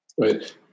Right